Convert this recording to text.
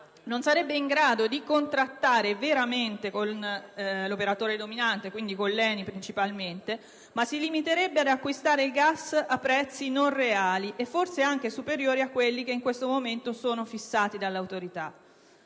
non sarebbe in grado di contrattare veramente con l'operatore dominante - quindi principalmente con l'ENI - ma si limiterebbe ad acquistare il gas a prezzi non reali, forse anche superiori a quelli in questo momento fissati dall'Autorità.